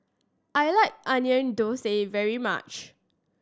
I like Onion Thosai very much